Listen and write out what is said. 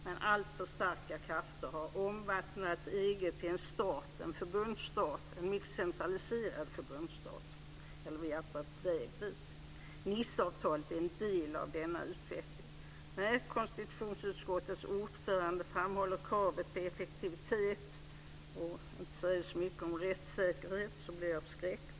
Men alltför starka krafter har omvandlat EG till en stat, en förbundsstat, en mycket centraliserad förbundsstat, eller är vi på väg dit. Niceavtalet är en del av denna utveckling. När konstitutionsutskottets ordförande framhåller kravet på effektivitet men inte säger så mycket om rättssäkerhet blev jag förskräckt.